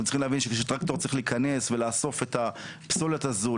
אנחנו צריכים להבין שפשוט אם אתה צריך להיכנס ולאסוף את הפסולת הזאת,